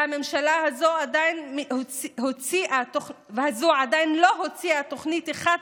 והממשלה הזאת עדיין לא הוציאה תוכנית אחת